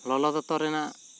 ᱞᱚᱞᱚ ᱫᱚᱛᱚ ᱨᱮᱱᱟᱜ